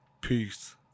Peace